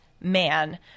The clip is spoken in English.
man